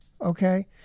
Okay